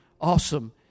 Awesome